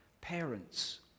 parents